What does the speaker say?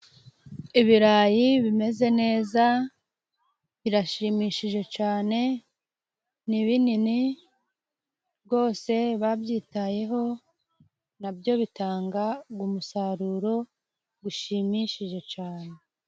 Ibirayi bimeze neza birashimishije cyane ni binini rwose babyitayeho nabyo bitanga umusaruro ushimishije cyane.